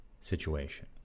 situation